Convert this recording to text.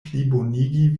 plibonigi